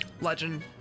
Legend